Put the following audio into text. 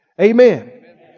Amen